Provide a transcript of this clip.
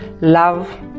love